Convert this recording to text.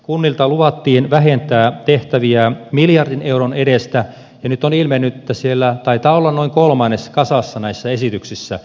kunnilta luvattiin vähentää tehtäviä miljardin euron edestä ja nyt on ilmennyt että siellä taitaa olla noin kolmannes kasassa näissä esityksissä